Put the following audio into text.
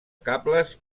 cables